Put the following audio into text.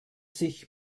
sich